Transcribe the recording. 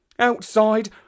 Outside